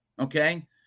okay